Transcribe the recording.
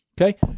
Okay